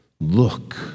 look